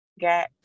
got